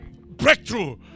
Breakthrough